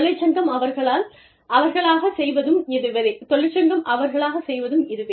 தொழிற்சங்கம் அவர்களாக செய்வதும் இதுவே